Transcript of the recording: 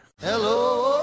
Hello